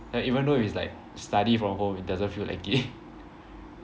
then even though it's like study from home it doesn't feel like it